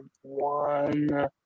one